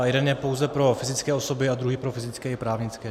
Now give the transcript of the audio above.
Jeden je pouze pro fyzické osoby, druhý pro fyzické i právnické osoby.